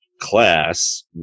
class